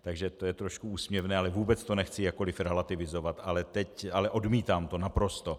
Takže to je trošku úsměvné, ale vůbec to nechci jakkoliv relativizovat, ale odmítám to naprosto.